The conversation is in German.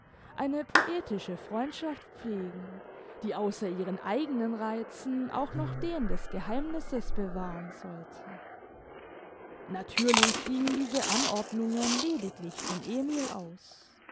eine poetische freundschaft pflegen die außer ihren eigenen reizen auch noch den des geheimnisses bewahren sollte natürlich gingen diese anordnungen lediglich von emil aus